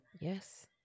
Yes